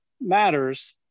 matters